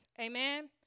Amen